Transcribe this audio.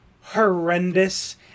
horrendous